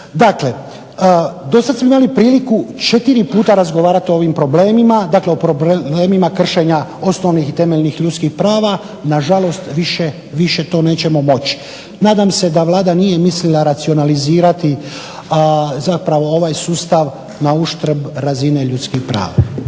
Dakle, dosad smo imali priliku 4 puta razgovarati o ovim problemima, dakle o problemima kršenja osnovnih i temeljnih ljudskih prava. Nažalost, više to nećemo moći. Nadam se da Vlada nije mislila racionalizirati zapravo ovaj sustav na uštrb razine ljudskih prava.